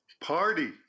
party